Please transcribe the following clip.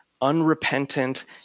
unrepentant